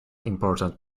important